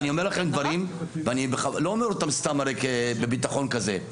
אני אומרת לכם דברים ואני לא אומר אותם סתם בביטחון כזה.